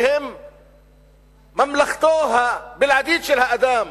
שהם ממלכתו הבלעדית של האדם